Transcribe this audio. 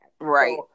Right